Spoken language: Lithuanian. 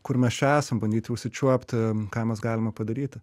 kur mes čia esam bandyti užsičiuopti ką mes galime padaryti